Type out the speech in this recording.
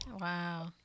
wow